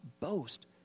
boast